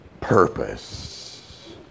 purpose